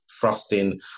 thrusting